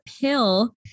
pill